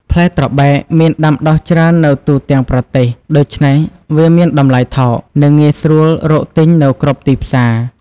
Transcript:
ផ្លែត្របែកមានដាំដុះច្រើននៅទូទាំងប្រទេស ដូច្នេះវាមានតម្លៃថោក និងងាយស្រួលរកទិញនៅគ្រប់ទីផ្សារ។